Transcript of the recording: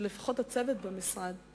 שלפחות הצוות במשרד הוא